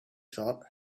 thought